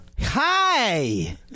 Hi